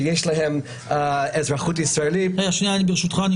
שיש להם אזרחות ישראלית --- ברשותך,